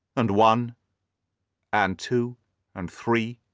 and one and two and three,